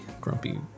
grumpy